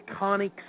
iconic